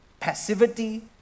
Passivity